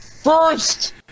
First